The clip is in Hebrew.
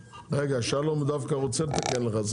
שלום דווקא רוצה לתקן לך,